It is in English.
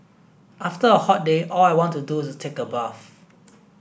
after a hot day all I want to do is take a bath